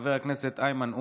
חבר הכנסת איימן עודה,